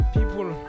People